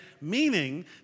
meaning